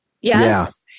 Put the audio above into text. yes